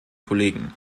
kollegen